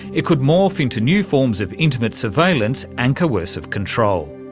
it could morph into new forms of internet surveillance and coercive control.